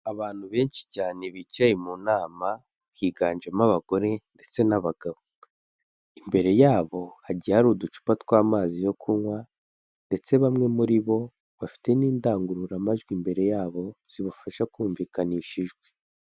Abantu benshi cyane bicaye mu nama, higanjemo abagore ndetse n'abagabo, imbere yabo hagiye hari uducupa tw'amazi yo kunywa ndetse bamwe muri bo bafite n'indangururamajwi imbere yabo, zibafasha kumvikanisha ijwi.